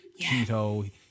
keto